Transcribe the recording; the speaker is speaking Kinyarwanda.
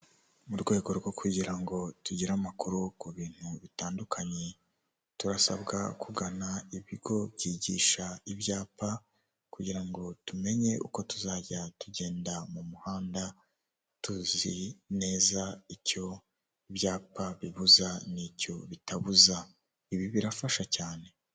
Mu rwego rwo kugira ngo tugire amakuru ku bintu bitandukanye, turasabwa kugana ibigo byigisha ibyapa kugira ngo tumenye uko tuzajya tugenda mu muhanda tuzi neza icyo ibyapa bibuza n'icyo bitabuza ibi birafasha cyane.